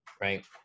right